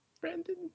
Brandon